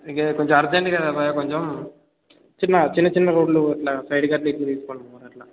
ఇంక కొంచెం అర్జెంట్ కదా భయ్యా కొంచెం చిన్న చిన్న చిన్న రోడ్లు అట్లా సైడ్కు అట్ల ఎక్కువ తీసుకోండి అట్ల